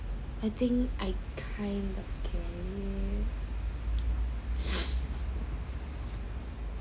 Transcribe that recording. I think I kind of get it